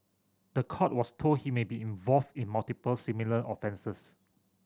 the court was told he may be involved in multiple similar offences